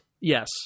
yes